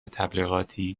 تبلیغاتی